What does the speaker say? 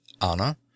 Anna